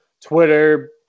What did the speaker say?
Twitter